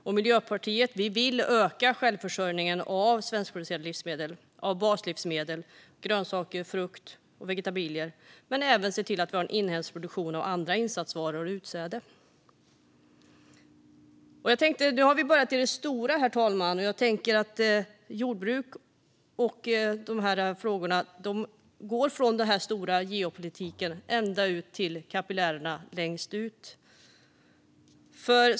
Vi i Miljöpartiet vill öka självförsörjningen av svenskproducerade baslivsmedel - grönsaker, frukt och vegetabilier - men även se till att vi har en inhemsk produktion av andra insatsvaror och utsäde. Nu har vi börjat i det stora, herr talman, och jag tänker att jordbruksfrågorna går från det stora - geopolitiken - ända ut till kapillärerna längst ut.